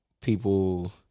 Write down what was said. people